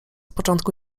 początku